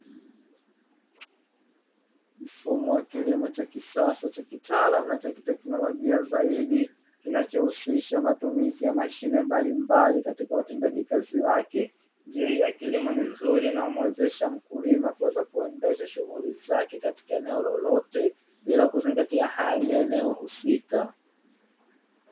Mfumo wa kilimo cha kisasa cha kitaalamu na cha kiteknolojia zaidi, kinachohusisha matumizi mashine mbalimbali katika utendaji kazi wake. Njia hii ya kilimo ni nzuri inayomuwezesha mkulima kuweza kuendesha shughuli zake katika eneo lolote bila kuzingatia hali ya eneo husika.